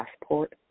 passport